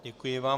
Děkuji vám.